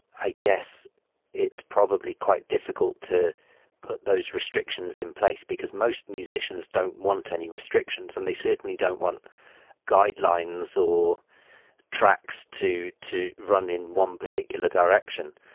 i guess it's probably quite difficult to put those restrictions in place, because most musicians don't want any restrictions and they certainly don't want guidelines or tracks to to run in one particular direction.